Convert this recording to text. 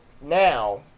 now